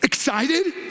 excited